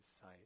sight